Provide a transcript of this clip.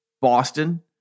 Boston